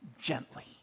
gently